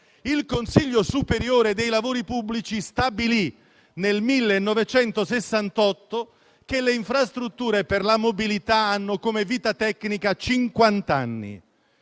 il Consiglio superiore dei lavori pubblici stabilì nel 1968 che le infrastrutture per la mobilità hanno come vita tecnica cinquanta